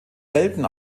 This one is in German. welten